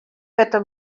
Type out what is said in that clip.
witte